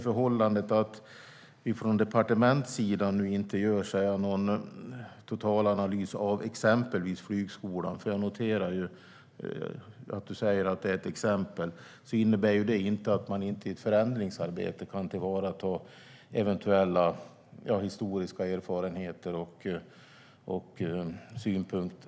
Förhållandet att vi från departementssidan nu inte gör någon total analys av exempelvis Flygskolan, för jag noterar ju att Stig Henriksson säger att det är ett exempel, innebär alltså inte att man inte i ett förändringsarbete kan tillvarata eventuella historiska erfarenheter och synpunkter.